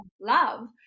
love